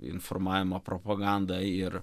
informavimo propaganda ir